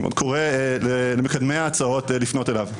אני עוד קורא למקדמי ההצעות לפנות אליו.